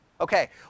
okay